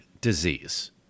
disease